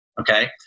Okay